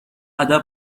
ادب